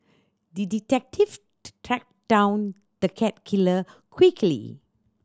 the detective tracked down the cat killer quickly